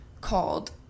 called